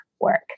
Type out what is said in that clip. work